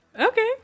Okay